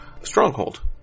Stronghold